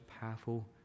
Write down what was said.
powerful